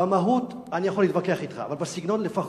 במהות אני יכול להתווכח אתך, אבל בסגנון, לפחות,